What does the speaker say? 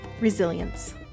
Resilience